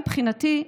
מבחינתי,